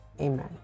amen